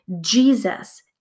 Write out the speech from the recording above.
Jesus